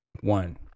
one